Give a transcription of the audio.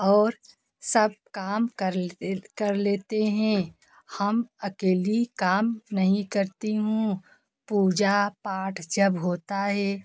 और सब काम कर कर लेते हैं हम अकेली काम नहीं करती हूँ पूजा पाठ जब होता है